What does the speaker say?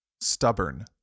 Stubborn